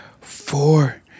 Four